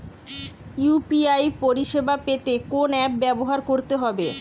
UPI পরিসেবা পেতে কোন অ্যাপ ব্যবহার করতে হবে?